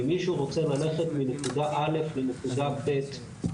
אם מישהו רוצה ללכת מנקודה אלף לנקודה בית,